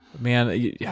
man